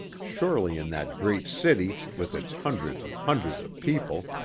surely in that great city, with its hundreds and hundreds of people,